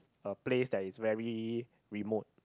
a place that is very remote